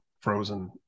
frozen